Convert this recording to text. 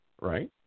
right